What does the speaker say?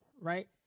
right